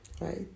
right